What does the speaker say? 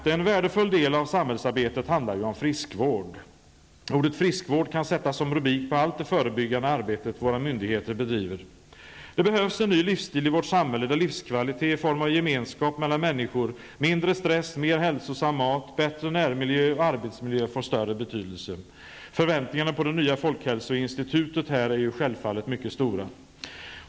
En värdefull del av samhällsarbetet handlar för det femte om friskvård. Ordet friskvård kan sättas som rubrik på allt det förebyggande arbete våra myndigheter bedriver. Det behövs en ny livsstil i vårt samhälle, där livskvalitet i form av gemenskap mellan människor, mindre stress, mer hälsosam mat, bättre närmiljö och arbetsmiljö får större betydelse. Förväntningarna på det nya folkhälsoinstitutet är självfallet mycket stora.